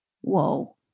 whoa